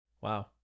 Wow